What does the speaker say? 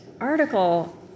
article